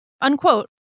unquote